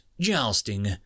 Jousting